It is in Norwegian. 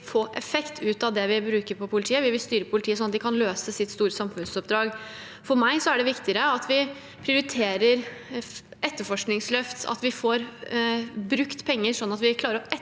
Vi vil styre politiet sånn at de kan løse sitt store samfunnsoppdrag. For meg er det viktigere at vi prioriterer etterforskningsløft, at vi får brukt penger sånn at vi klarer å etterforske flere